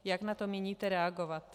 Jak na to míníte reagovat?